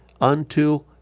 unto